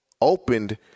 opened